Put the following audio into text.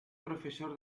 profesor